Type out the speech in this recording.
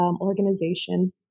organization